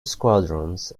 squadrons